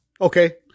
Okay